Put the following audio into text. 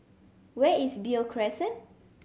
where is Beo Crescent